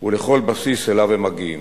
ובכל בסיס שאליו הם מגיעים.